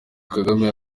kagame